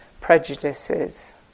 prejudices